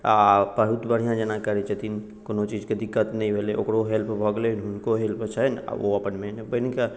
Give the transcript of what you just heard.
आ बहुत बढ़िआँ जेना करैत छथिन कोनो चीजके दिक्कत नहि भेलै ओकरो हेल्प भऽ गेलै हुनको हेल्प छनि आ ओ अपन मेन बनि कऽ